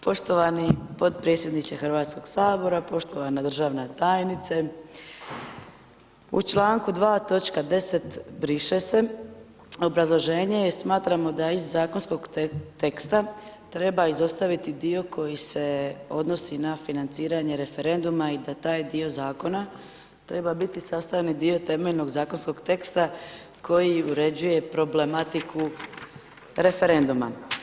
Poštovani podpredsjedniče Hrvatskog sabora, poštovana državna tajnice, u članku 2. točka 10. briše se, obrazloženje je smatramo da je Iz zakonskog teksta treba izostaviti dio koji se odnosi na financiranje referenduma i da taj dio zakona treba biti sastavni dio temeljnog zakonskog teksta koji uređuje problematiku referenduma.